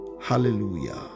Hallelujah